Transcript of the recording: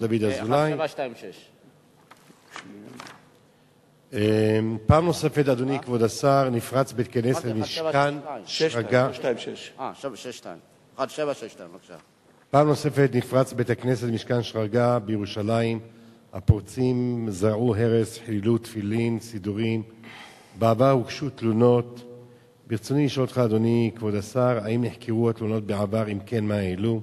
2. כמה עולים